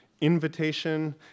invitation